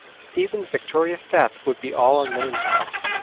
stephen's victorious death would be all unknown to us.